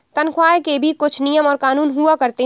तन्ख्वाह के भी कुछ नियम और कानून हुआ करते हैं